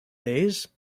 days